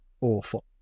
Awful